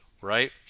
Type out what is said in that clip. right